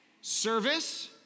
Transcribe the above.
Service